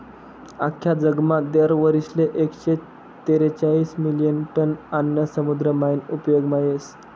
आख्खा जगमा दर वरीसले एकशे तेरेचायीस मिलियन टन आन्न समुद्र मायीन उपेगमा येस